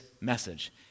message